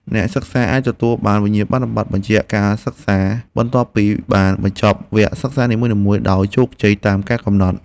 អ្នកសិក្សាអាចទទួលបានវិញ្ញាបនបត្របញ្ជាក់ការសិក្សាបន្ទាប់ពីបានបញ្ចប់វគ្គសិក្សានីមួយៗដោយជោគជ័យតាមការកំណត់។